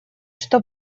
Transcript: что